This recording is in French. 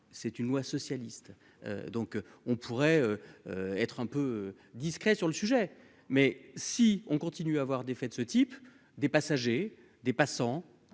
c'est une loi socialiste, donc on pourrait être un peu discret sur le sujet, mais si on continue à avoir des faits de ce type, des passagers, des passants,